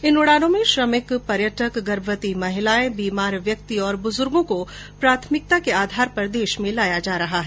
इन उडानों में श्रमिकों पर्यटकों गर्भवती महिलाओं बीमार व्यक्तियों और बुजुर्गो को प्राथमिकता के आधार पर देश में लाया जा रहा है